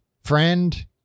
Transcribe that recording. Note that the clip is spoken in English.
Friend